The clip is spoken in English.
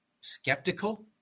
skeptical